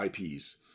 IPs